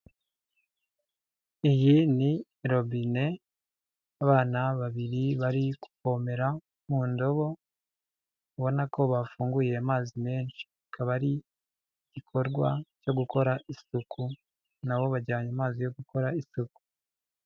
Iyi ni robine abana babiri bari kuvomera mu ndobo, ubona ko bafunguye amazi menshi. Akaba ari igikorwa cyo gukora isuku, na bo bajyanye amazi yo gukora isuku.